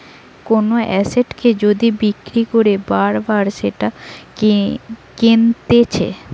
কোন এসেটকে যদি বিক্রি করে আবার সেটা কিনতেছে